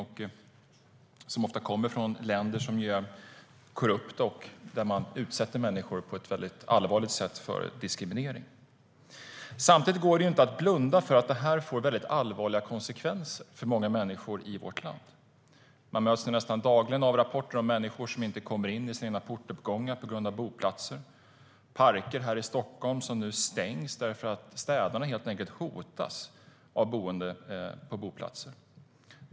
De kommer ofta från länder som är korrupta och där man på ett mycket allvarligt sätt utsätter människor för diskriminering. Samtidigt går det inte att blunda för att det här får allvarliga konsekvenser för många människor i vårt land. Man möts nästan dagligen av rapporter om människor som inte kommer in i sina egna portuppgångar på grund av boplatser, och vi ser parker här i Stockholm som nu stängs därför att städarna hotas av boende på boplatser.